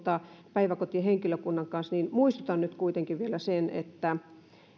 päiväkotihenkilökunnan kanssa ja muistutan nyt kuitenkin vielä sen että